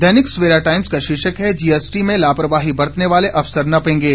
दैनिक Savera Times का शीर्षक है जीएसटी में लापरवाही बरतने वाले अफसर नपेंगे